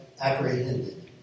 apprehended